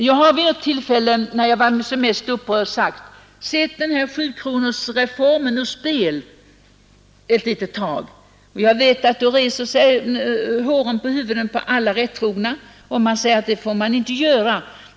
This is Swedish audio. Jag har vid ett tillfälle när jag var som mest upprörd sagt att man skulle sätta sjukronorsreformen ur spel ett litet tag för ögonläkarna. Jag vet, att då reser sig håren på huvudet på alla rättrogna — så får man inte tänka.